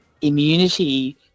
immunity